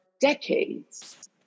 decades